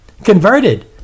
Converted